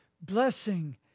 blessing